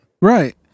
Right